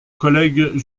collègue